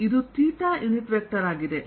ಇದು theta unit vector ಆಗಿದೆ